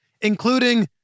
including